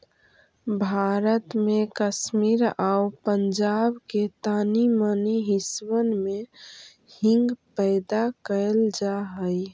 भारत में कश्मीर आउ पंजाब के तानी मनी हिस्सबन में हींग पैदा कयल जा हई